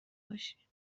باشی